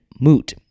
moot